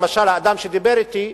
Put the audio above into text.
למשל האדם שדיבר אתי,